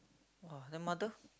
!wah! then mother